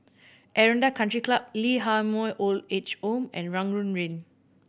Aranda Country Club Lee Ah Mooi Old Age Home and Rangoon Lane